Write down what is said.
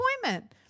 appointment